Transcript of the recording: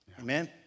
Amen